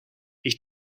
ich